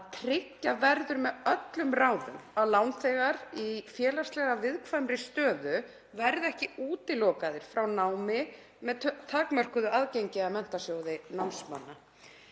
að tryggja verður með öllum ráðum að lánþegar í félagslega viðkvæmri stöðu verði ekki útilokaðir frá námi með takmörkuðu aðgengi að Menntasjóði námsmanna.